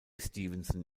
stevenson